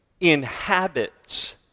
inhabits